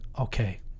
okay